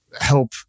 help